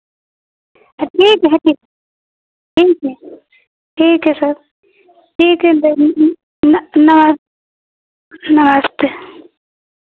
ठीक है ठीक ठीक है ठीक है सर ठीक है दे न नमस् नमस्ते